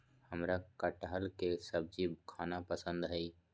हमरा कठहल के सब्जी खाना पसंद हई